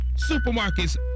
Supermarket's